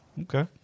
Okay